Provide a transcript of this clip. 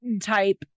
type